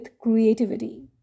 creativity